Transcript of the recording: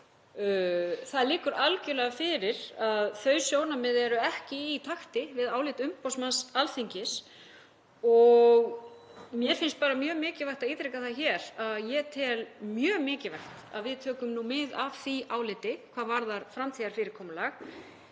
Það liggur algerlega fyrir að þau sjónarmið eru ekki í takti við álit umboðsmanns Alþingis og mér finnst mjög mikilvægt að ítreka það hér að ég tel mjög mikilvægt að við tökum mið af því áliti hvað varðar framtíðarfyrirkomulag.